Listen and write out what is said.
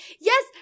yes